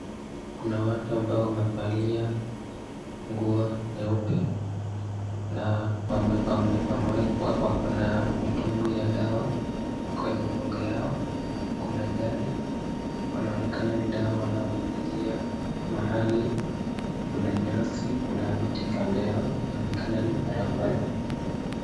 Kuna watu ambao wamevalia nguo nyeupe na wako na mitungi ya dawa kwenye migongo yao. Kuna gari, wanaonekana ni dawa wanaonyunyuzia mahali kuna nyasi kuna mti kando yao. Yaonekana ni barabara ni barabara.